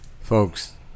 folks